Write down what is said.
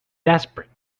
desperate